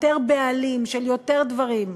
יותר בעלים של יותר דברים,